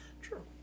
True